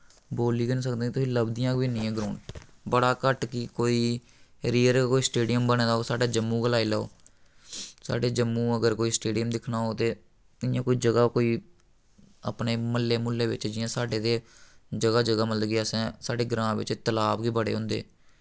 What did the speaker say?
बोल्ली गै निं सकनें तुस लभदियां गै निं ऐ ग्राउंड बड़ा घट्ट कि कोई रेयर कोई स्टेडियम बने दा होग साड्डा जम्मू गै लाई लाओ साड्डे जम्मू अगर कोई स्टेडियम दिक्खना होग ते इ'यां कोई ज'गा कोई अपने म्हल्ले म्हुल्ले बिच्च जि'यां साड्डे ते ज'गा ज'गा मतलब कि असैं साड्डे ग्रां बिच्च तलाव गै बड़े होंदे